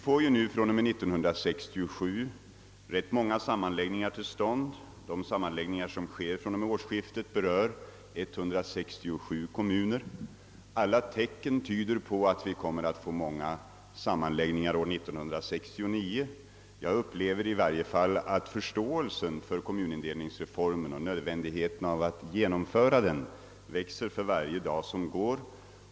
Från och med 1967 skall ju ganska många sammanläggningar komma till stånd; vid årsskiftet berörs 167 kommuner. Alla tecken tyder på att det även 1969 blir många sammanläggningar. Jag upplever i varje fall att förståelsen för kommunindelningsreformen och nödvändigheten av att genomföra den växer för varje dag som går.